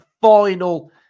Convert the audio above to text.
final